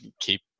keep